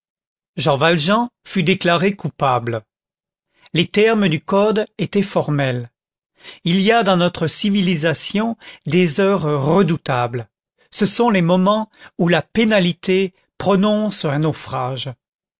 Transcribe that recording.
jean valjean fut déclaré coupable les termes du code étaient formels il y a dans notre civilisation des heures redoutables ce sont les moments où la pénalité prononce un naufrage